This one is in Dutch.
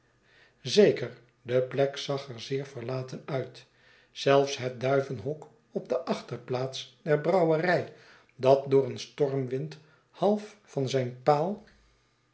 zeker de plek zag er zeer veriaten uit zelfs het duivenhok op de achterplaats der brouwerij dat door een stormwind half van zijn paal